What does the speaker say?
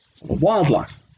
wildlife